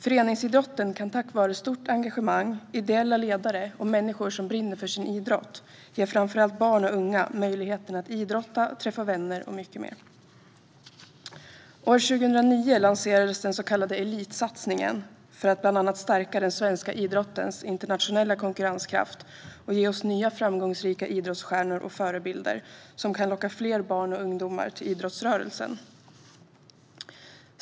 Föreningsidrotten kan tack vare stort engagemang, ideella ledare och människor som brinner för sin idrott ge framför allt barn och unga möjligheten att idrotta, träffa vänner och mycket mer. År 2009 lanserades den så kallade Elitsatsningen för att bland annat stärka den svenska idrottens internationella konkurrenskraft och ge oss nya framgångsrika idrottsstjärnor och förebilder som kan locka fler barn och ungdomar till idrottsrörelsen.